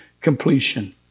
completion